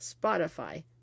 Spotify